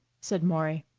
said maury.